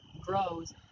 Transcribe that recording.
grows